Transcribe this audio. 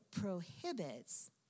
prohibits